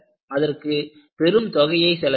அதற்கு பெரும் தொகையை செலவிட்டனர்